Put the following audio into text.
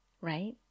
Right